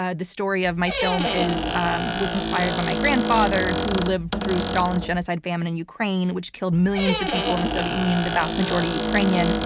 ah the story of my film um was inspired by my grandfather who lived through stalin's genocide famine in ukraine, which killed millions of people in the soviet union, the vast majority ukrainians.